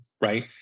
Right